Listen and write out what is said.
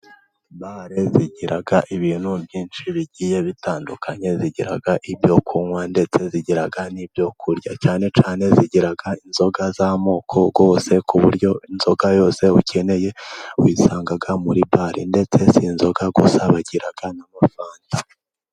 Bare zigira ibintu byinshi bigiye bitandukanye . Zigira ibyo kunywa ndetse zigira n'ibyo kurya cyane cyane zigira inzoga z'amoko yose . Ku buryo inzoka yose ukeneye wiyisanga muri bare , ndetse sinzoga gusa bagira n'amafanta.